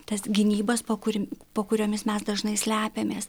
tas gynybas po kur po kuriomis mes dažnai slepiamės